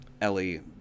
Ellie